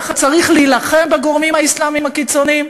צריך להילחם בגורמים האסלאמיים הקיצוניים?